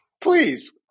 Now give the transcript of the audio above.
Please